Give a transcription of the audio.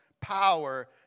power